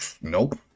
nope